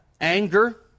anger